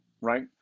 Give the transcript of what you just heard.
right